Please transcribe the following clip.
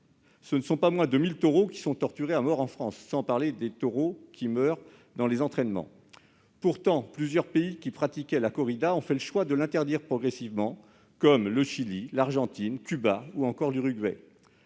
ce sont pas moins de mille taureaux qui sont torturés à mort en France, sans parler de ceux qui meurent lors des entraînements. Pourtant, plusieurs pays qui pratiquaient la corrida ont fait le choix de l'interdire progressivement, comme le Chili, l'Argentine, Cuba ou encore l'Uruguay.